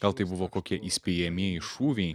gal tai buvo kokie įspėjamieji šūviai